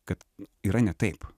kad yra ne taip